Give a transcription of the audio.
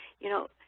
you know,